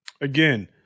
Again